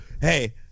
hey